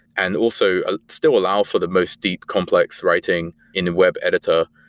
and also, ah still allow for the most deep, complex writing in a web editor,